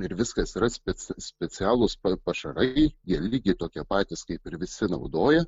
ir viskas yra specai specialūs pašarai ir lygiai tokie patys kaip ir visi naudoja